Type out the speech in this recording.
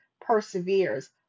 perseveres